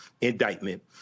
indictment